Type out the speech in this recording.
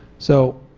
so